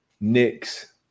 Knicks